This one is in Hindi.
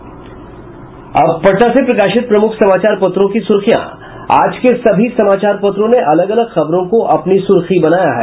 अखबारों की सुर्खियां अब पटना से प्रकाशित प्रमुख समाचार पत्रों की सुर्खियां आज के सभी समाचार पत्रों ने अलग अलग खबरों को अपनी सुर्खी बनाया है